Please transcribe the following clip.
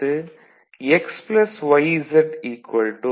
அடுத்து x yz x y